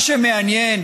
מה שמעניין,